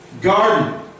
Garden